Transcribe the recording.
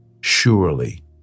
Surely